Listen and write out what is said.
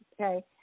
okay